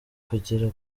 kugera